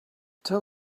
tell